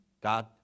God